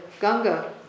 Ganga